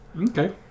Okay